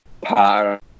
power